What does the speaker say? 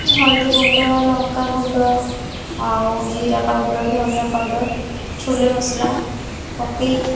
ହଳଦୀ ଗୁଣ୍ଡ ଲଙ୍କାଗୁଣ୍ଡ ଆଉ ଜିରା ପାଉଡ଼ର ଧନିଆ ପାଉଡ଼ର ଛୋଲେ ମସଲା ପକାଇକି